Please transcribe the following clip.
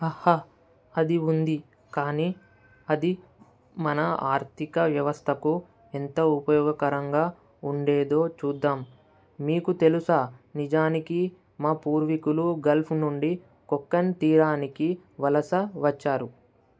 అది ఉంది కానీ అది మన ఆర్థిక వ్యవస్థకు ఎంత ఉపయోగకరంగా ఉండేదో చూద్దాం మీకు తెలుసా నిజానికి మా పూర్వీకులు గల్ఫ్ నుండి కొక్కన్ తీరానికి వలస వచ్చారు